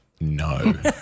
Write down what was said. No